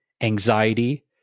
anxiety